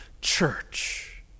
church